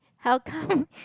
how come